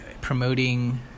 promoting